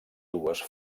dues